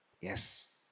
Yes